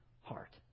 heart